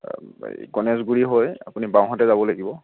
গনেশগুৰি হৈ আপুনি বাওঁহাতে যাব লাগিব